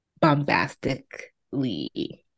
bombastically